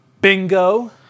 bingo